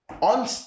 on